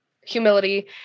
humility